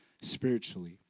spiritually